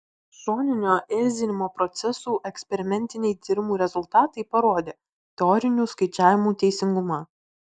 šoninio ėsdinimo procesų eksperimentiniai tyrimų rezultatai parodė teorinių skaičiavimų teisingumą